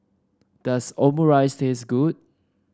does Omurice taste good